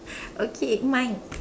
okay mine